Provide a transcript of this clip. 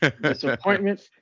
disappointment